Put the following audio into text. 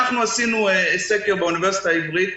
אנחנו עשינו סקר באוניברסיטה העברית,